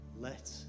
let